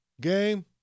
game